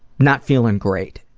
not feeling great.